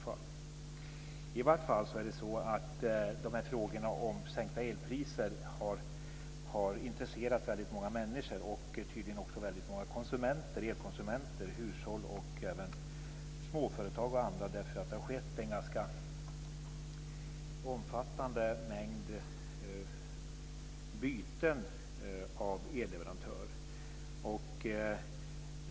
I varje fall har frågorna om sänkta elpriser intresserat många människor, och tydligen också många elkonsumenter - hushåll och även småföretag och andra. Det har ju skett en ganska omfattande mängd byten av elleverantör.